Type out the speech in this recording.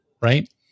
Right